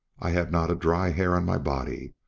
i had not a dry hair on my body,